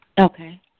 Okay